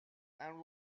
and